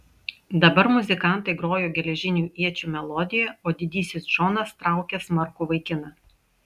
dabar muzikantai grojo geležinių iečių melodiją o didysis džonas traukė smarkų vaikiną